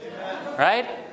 Right